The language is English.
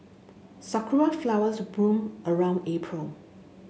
sakura flowers bloom around April